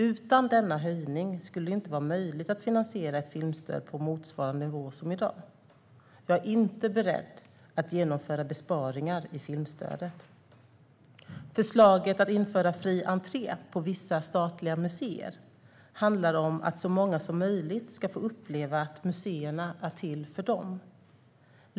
Utan denna höjning skulle det inte vara möjligt att finansiera ett filmstöd på motsvarande nivå som i dag. Jag är inte beredd att genomföra besparingar i filmstödet. Förslaget att införa fri entré på vissa statliga museer handlar om att så många som möjligt ska få uppleva att museerna är till för dem.